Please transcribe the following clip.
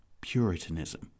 puritanism